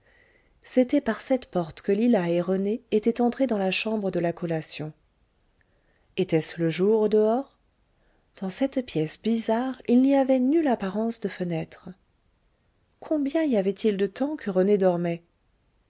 c'était par cette porte que lila et rené étaient entrés dans la chambre de la collation etait-ce le jour au dehors dans cette pièce bizarre il n'y avait nulle apparence de fenêtre combien y avait-il de temps que rené dormait